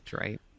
right